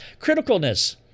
Criticalness